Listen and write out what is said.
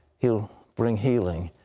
hell bring healing.